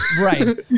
Right